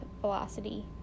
velocity